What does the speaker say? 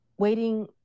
Waiting